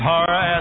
Horror